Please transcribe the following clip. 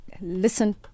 listen